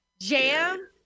Jam